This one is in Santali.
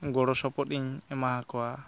ᱜᱚᱲᱚ ᱥᱚᱯᱚᱫ ᱤᱧ ᱮᱢᱟᱣ ᱟᱠᱚᱣᱟ